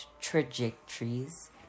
trajectories